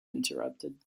interrupted